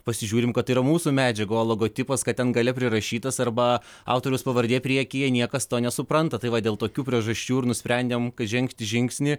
pasižiūrim kad tai yra mūsų medžiaga o logotipas kad ten gale prirašytas arba autoriaus pavardė priekyje niekas to nesupranta tai va dėl tokių priežasčių ir nusprendėm kad žengti žingsnį